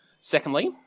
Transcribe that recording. Secondly